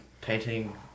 painting